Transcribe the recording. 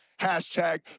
Hashtag